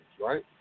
right